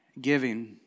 giving